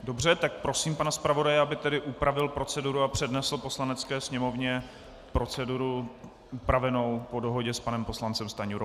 Dobře, tak prosím pana zpravodaje, aby tedy upravil proceduru a přednesl Poslanecké sněmovně proceduru upravenou po dohodě s panem poslancem Stanjurou.